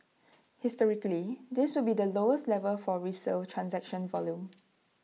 historically this will be lowest level for resale transaction volume